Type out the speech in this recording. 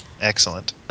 Excellent